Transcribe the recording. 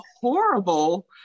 horrible